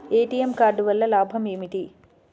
ATM card వల్ల లాభం ఏమిటి?